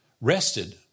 rested